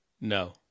No